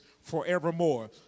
forevermore